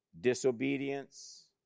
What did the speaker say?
disobedience